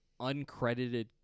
uncredited